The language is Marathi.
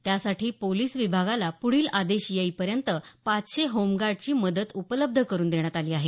त्यासाठी पोलिस विभागाला पुढील आदेश येईपर्यंत पाचशे होमगार्डची मदत उपलब्ध करून देण्यात आली आहे